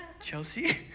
Chelsea